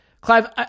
Clive